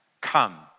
Come